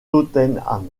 tottenham